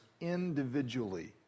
individually